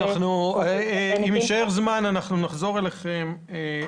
בני --- נחזור אליכם אם יישאר זמן.